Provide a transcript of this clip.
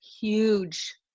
huge